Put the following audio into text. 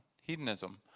Hedonism